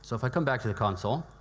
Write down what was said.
so if i come back to the console,